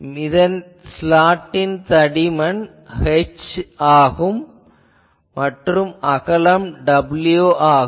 இதன் ஸ்லாட்டின் தடிமன் h மற்றும் அகலம் w ஆகும்